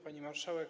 Pani Marszałek!